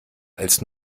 als